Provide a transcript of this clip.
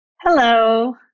Hello